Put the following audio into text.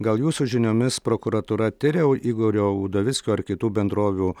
gal jūsų žiniomis prokuratūra tiria igorio udovickio ar kitų bendrovių